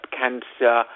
cancer